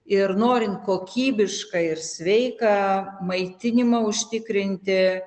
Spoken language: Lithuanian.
ir norint kokybišką ir sveiką maitinimą užtikrinti